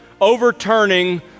overturning